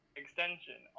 extension